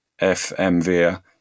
FMV